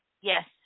Yes